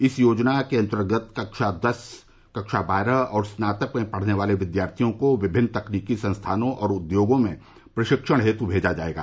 इस योजना के अंतर्गत कक्षा दस कक्षा बारह और स्नातक में पढ़ने वाले विद्यार्थियों को विभिन्न तकनीकी संस्थानों और उद्योगों में प्रशिक्षण हेतु मेजा जाएगा